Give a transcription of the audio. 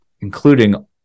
Including